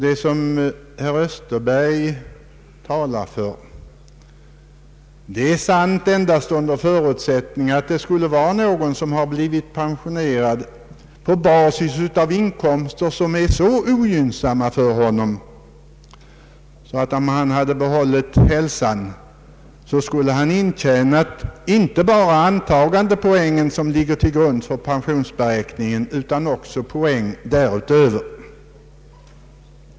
Herr Österdahl talar för något som är sant endast under en viss förutsättning: om en person blivit pensionerad på basis av inkomster som är så ogynnsamma för honom att han — om han hade behållit hälsan — skulle ha intjänat inte bara antagandepoängen till grund för pensionsberäkningen utan också poäng därutöver.